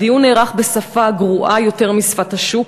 הדיון נערך בשפה גרועה יותר משפת השוק,